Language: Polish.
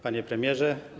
Panie Premierze!